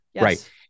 Right